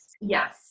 yes